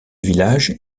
village